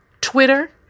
Twitter